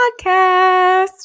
podcast